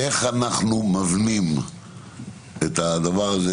איך אנחנו מבנים את הדבר הזה?